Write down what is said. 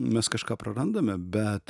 mes kažką prarandame bet